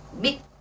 big